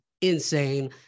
insane